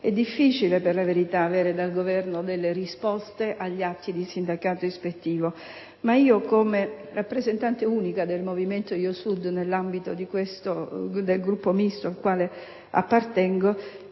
È difficile, per la verità, avere dal Governo delle risposte agli atti di sindacato ispettivo, ma io, come rappresentante unica del movimento Io Sud nell'ambito del Gruppo al quale appartengo,